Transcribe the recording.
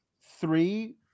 three